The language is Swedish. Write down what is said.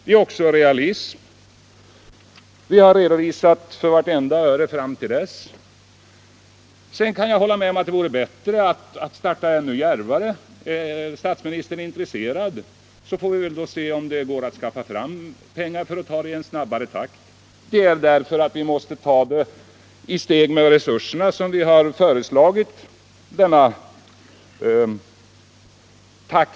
Det är också realism. Vi har redovisat vad reformen skulle kosta. Sedan kan jag hålla med om att det vore bättre att starta ännu djärvare. Är statsministern intresserad, så får vi väl se om det går att skaffa fram pengar i en snabbare takt. Vårt förslag baseras på de resurser som vi anser finns tillgängliga.